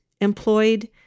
employed